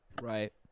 Right